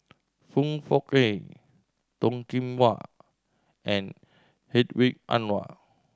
Foong Fook Kay Toh Kim Hwa and Hedwig Anuar